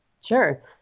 Sure